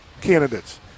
candidates